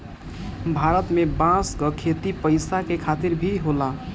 भारत में बांस क खेती पैसा के खातिर भी होला